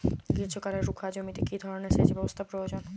গ্রীষ্মকালে রুখা জমিতে কি ধরনের সেচ ব্যবস্থা প্রয়োজন?